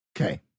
Okay